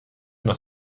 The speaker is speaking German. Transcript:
noch